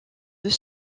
deux